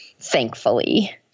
thankfully